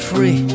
Free